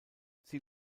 sie